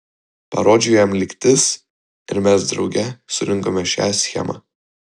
parodžiau jam lygtis ir mes drauge surinkome šią schemą